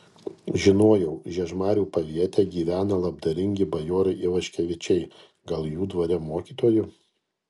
žinojau žiežmarių paviete gyvena labdaringi bajorai ivaškevičiai gal jų dvare mokytoju